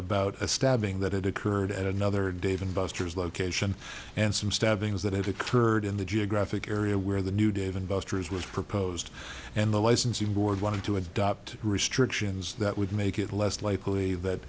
about a stabbing that had occurred at another dave and busters location and some stabbings that have occurred in the geographic area where the new dave and busters was proposed and the licensing board wanted to adopt restrictions that would make it less likely that